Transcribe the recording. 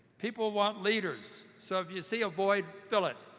people want leaders, so if you see a void, fill it.